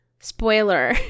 Spoiler